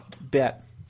bet